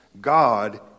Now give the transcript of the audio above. God